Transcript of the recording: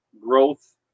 growth